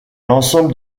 ensemble